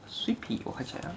sweepy 我看 check ah